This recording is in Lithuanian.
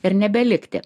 ir nebelikti